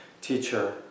Teacher